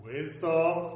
Wisdom